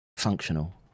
functional